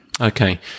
Okay